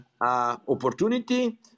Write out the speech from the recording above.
opportunity